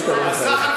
בסך הכול,